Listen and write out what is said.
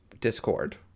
discord